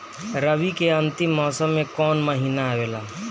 रवी के अंतिम मौसम में कौन महीना आवेला?